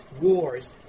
wars